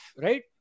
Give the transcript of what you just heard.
right